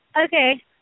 Okay